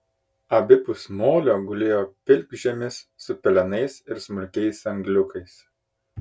abipus molio gulėjo pilkžemis su pelenais ir smulkiais angliukais